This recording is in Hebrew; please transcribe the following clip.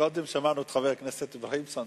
קודם שמענו את חבר הכנסת אברהים צרצור,